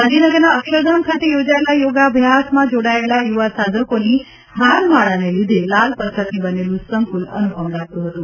ગાંધીનગરના અક્ષરધામ ખાતે યોજાયેલા યોગાભ્યાસમાં જોડાયેલા યુવા સાધકોની હારમાળાને લીધે લાલ પથ્થરથી બનેલું સંકુલ અનુપમ લાગતું હતું